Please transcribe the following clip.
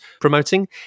promoting